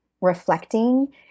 reflecting